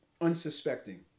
unsuspecting